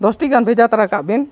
ᱫᱚᱥᱴᱤ ᱵᱷᱮᱡᱟ ᱛᱟᱨᱟ ᱠᱟᱜ ᱵᱮᱱ